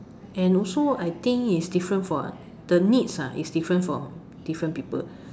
and also I think is different for uh the needs ah is different from different people